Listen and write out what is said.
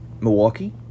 Milwaukee